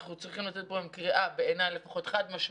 אנחנו צריכים לצאת מפה עם קריאה חד משמעית,